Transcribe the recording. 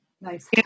nice